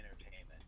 entertainment